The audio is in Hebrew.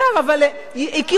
אבל הכירו את עמדותיה,